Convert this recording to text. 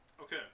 Okay